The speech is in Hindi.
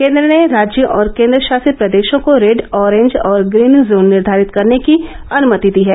केन्द्र ने राज्यों और केन्द्रशासित प्रदेशों को रेड अॅरिंज और ग्रीन जोन निर्घारित करने की अनुमति दी है